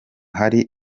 hari